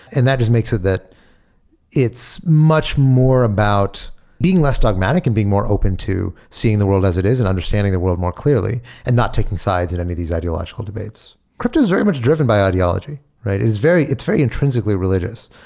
and that just makes it that it's much more about being less dogmatic and being more open to seeing the world as it is and understanding the world more clearly and not taking sides in any of these ideological debates. crypto is very much driven by ideology, right? it's very it's very intrinsically religious,